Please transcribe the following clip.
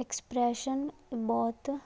expression ਬਹੁਤ